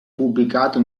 pubblicato